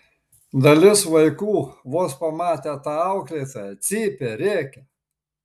dalis vaikų vos pamatę tą auklėtoją cypia rėkia